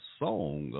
song